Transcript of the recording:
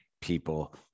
people